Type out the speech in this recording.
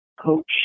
Coach